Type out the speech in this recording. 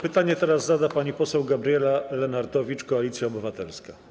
Pytanie teraz zada pani poseł Gabriela Lenartowicz, Koalicja Obywatelska.